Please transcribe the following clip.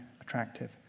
attractive